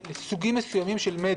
יכול להיות